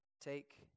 Take